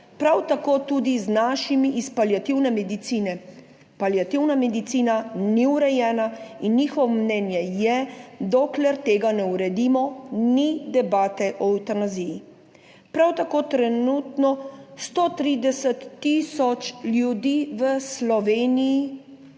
prav tako tudi z našimi iz paliativne medicine. Paliativna medicina ni urejena in njihovo mnenje je: dokler tega ne uredimo, ni debate o evtanaziji. Prav tako trenutno 130000 ljudi v Sloveniji